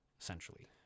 essentially